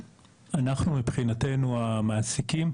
אנחנו מבחינתנו המעסיקים,